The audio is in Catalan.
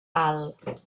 alt